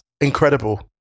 incredible